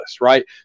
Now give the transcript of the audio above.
right